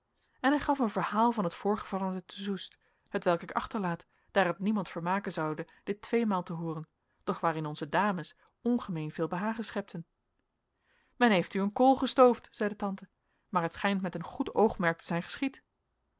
en hij gaf een verhaal van t voorgevallene te soest hetwelk ik achterlaat daar het niemand vermaken zoude dit tweemaal te hooren doch waarin onze dames ongemeen veel behagen schepten men heeft u een kool gestoofd zeide tante maar het schijnt met een goed oogmerk te zijn geschied